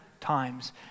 times